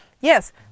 Yes